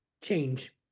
change